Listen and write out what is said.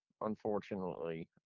unfortunately